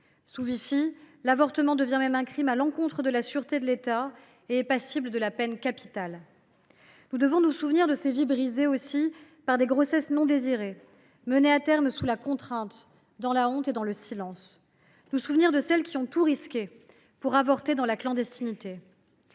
Sous Vichy, l’avortement devient même un crime à l’encontre de la sûreté de l’État et est passible de la peine capitale. Nous devons aussi nous souvenir de ces vies brisées par des grossesses non désirées, menées à terme sous la contrainte, dans la honte et le silence. Nous devons nous souvenir de celles qui ont tout risqué pour avorter dans la clandestinité.